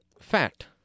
fat